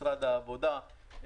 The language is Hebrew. משרד העבודה,